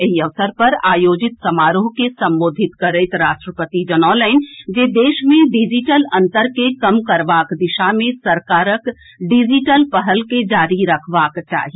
एहि अवसर पर आयोजित समारोह के संबोधित करैत राष्ट्रपति जनौलनि जे देश मे डिजिटल अंतर के कम करबाक दिशा मे सरकारक डिजिटल पहल के जारी रखबाक चाही